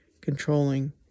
controlling